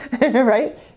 right